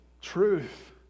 truth